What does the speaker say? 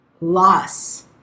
loss